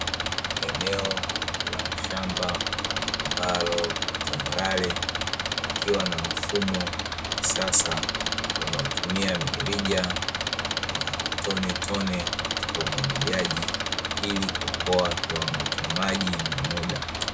Eneo la shamba ambalo tambarale likiwa na mfumo wa kisasa unaotumia mirija na matone tone katika umwagiliaji ili kuokoa kiwango cha maji na muda.